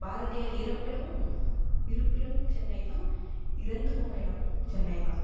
பாரதியார் இறப்பிடமும் இருப்பிடமும் சென்னை தான் இறந்து போன இடமும் சென்னை தான்